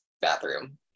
bathroom